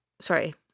sorry